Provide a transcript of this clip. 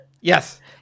Yes